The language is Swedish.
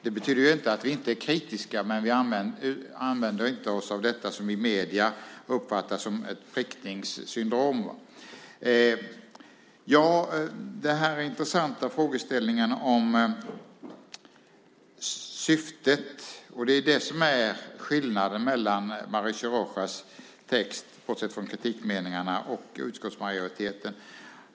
Det betyder inte att vi inte är kritiska, men vi använder oss inte av detta, som i medierna uppfattas som ett prickningssyndrom. Den intressanta frågeställningen gäller syftet - och det är det som är skillnaden mellan Mauricio Rojas text, bortsett från kritikmeningarna, och utskottsmajoritetens text.